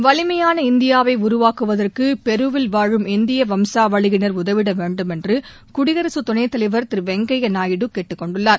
வலிமையான இந்தியாவை உருவாக்குவத்கு பெருவில் வாழும் இந்திய வம்சாவளியினர் உதவிட வேண்டுமென்று குடியரசு துணைத்தலைவர் திரு வெங்கையா நாயுடு கேட்டுக் கொண்டுள்ளார்